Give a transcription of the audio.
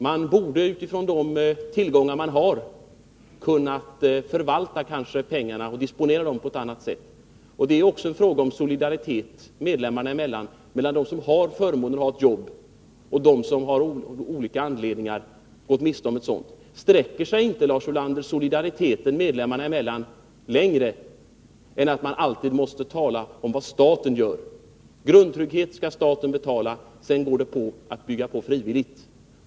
Man borde utifrån de tillgångar man har kunna förvalta och disponera pengarna på ett annat sätt. Det är också en fråga om solidaritet medlemmarna emellan, mellan dem som har förmånen att ha ett jobb och dem som av olika anledningar gått miste om jobb. Sträcker sig inte, Lars Ulander, solidariteten medlemmarna emellan längre än att man alltid måste lita till vad staten gör? Grundtrygghet skall staten betala, sedan går det att bygga på frivilligt.